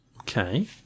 Okay